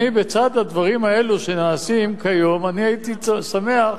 אני, בצד הדברים האלה שנעשים כיום, הייתי שמח